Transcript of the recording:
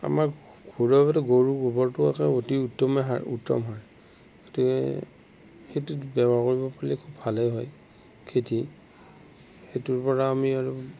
আমাৰ ঘৰুৱাভাৱে গৰুৰ গোবৰটোও অতি উত্তমেই সাৰ উত্তম সাৰ গতিকে সেইটোত ব্যৱহাৰ কৰিব পাৰিলে খুব ভালেই হয় খেতি সেইটোৰ পৰা আমি আৰু